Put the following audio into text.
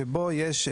שבו יש,